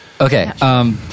Okay